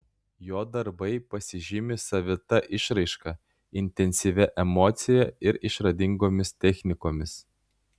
jo darbai pasižymi savita išraiška intensyvia emocija ir išradingomis technikomis